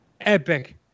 epic